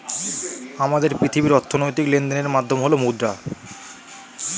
আমাদের পৃথিবীর অর্থনৈতিক লেনদেনের মাধ্যম হল মুদ্রা